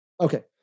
Okay